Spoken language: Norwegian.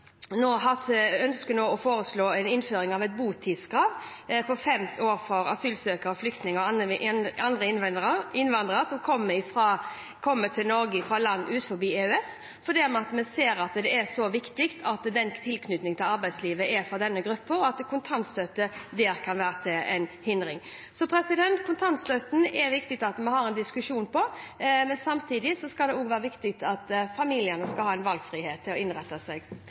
nå innføring av et botidskrav på fem år for asylsøkere, flyktninger og andre innvandrere som kommer til Norge fra land utenfor EØS, for vi ser hvor viktig tilknytningen til arbeidslivet er for denne gruppen, og at kontantstøtten kan være til hinder. Det er viktig at vi har en diskusjon om kontantstøtten, men samtidig er det viktig at familiene skal ha valgfrihet til å innrette seg